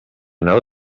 know